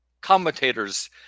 Commentators